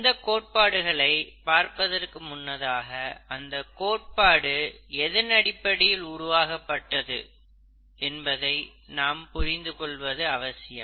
அந்தக் கோட்பாடுகளை பார்ப்பதற்கு முன்னதாக அந்தக் கோட்பாடு எதனடிப்படையில் உருவாக்கப்பட்டது என்பதை நாம் புரிந்து கொள்வது அவசியம்